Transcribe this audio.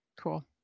Cool